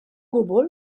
gwbl